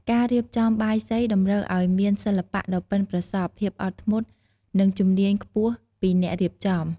ការរៀបចំបាយសីតម្រូវឱ្យមាន សិល្បៈ ដ៏ប៉ិនប្រសប់ ភាពអត់ធ្មត់ និងជំនាញខ្ពស់ពីអ្នករៀបចំ។